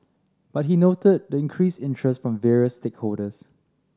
but he noted the increased interest from various stakeholders